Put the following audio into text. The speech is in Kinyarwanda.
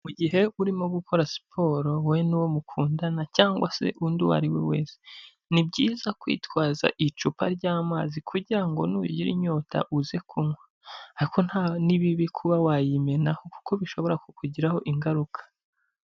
Mu gihe urimo gukora siporo wowe n'uwo mukundana cyangwase undi uwo ari we wese, ni byiza kwitwaza icupa ryamazi kugira ngo nugira inyota uze kunywa, ariko ni bibi kuba wayimenaho kuko bishobora kukugiraho ingaruka.